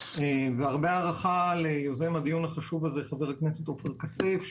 והרבה הערכה ליוזם הדיון החשוב הזה חבר הכנסת עופר כסיף,